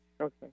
Okay